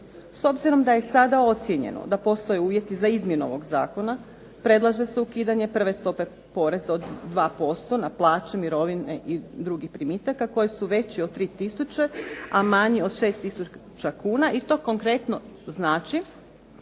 S obzirom da je sada ocjenjeno da postoje uvjeti za izmjenu ovog zakona predlaže se ukidanje prve stope poreza od 2% na plaće, mirovine i drugih primitaka koji su veći od 3 tisuće, a manji od 6 tisuća kuna i to konkretno znači